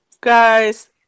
guys